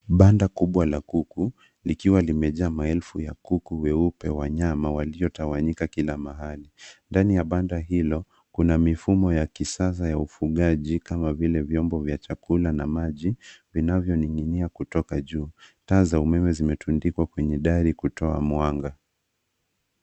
Banda kubwa la kuku likiwa limejaa ma elfu ya kuku weupe wa nyama walio tawanyika kila mahali. Ndani ya banda hilo kuna mifumo ya kisasa ya ufugali kama vile vyombo vya chakula na maji vinayo ninginia kutoka juu. Taa za umeme zimetundikwa kwenye dari kutoa mwanga.